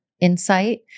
insight